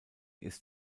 ist